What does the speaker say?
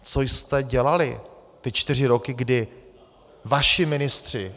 Co jste dělali ty čtyři roky, kdy vaši ministři...